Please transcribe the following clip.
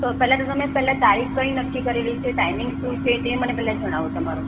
તો પહેલા તો તમે મેં પહેલા તારીખ કઈ નક્કી કરેલી છે ટાઈમિંગ શું છે તે મને પહેલા જણાવો તમારો